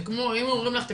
זה כמו שאומרים לך "תקשיבי,